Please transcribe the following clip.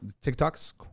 TikTok's